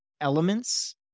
elements